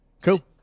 Cool